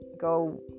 go